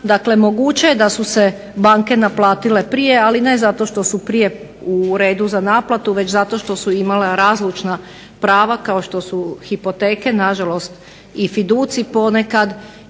Dakle, moguće je da su se banke naplatile prije, ali ne zato što su prije u redu za naplatu već zato što su imala razlučna prava kao što su hipoteke na žalost i fiducij ponekad